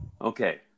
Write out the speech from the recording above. Okay